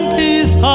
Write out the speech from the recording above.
peace